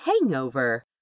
hangover